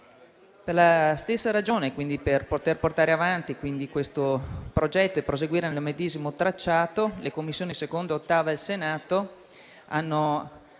Per la stessa ragione, quindi per poter portare avanti questo progetto e proseguire sul medesimo tracciato, le Commissioni 2a e 8a del Senato hanno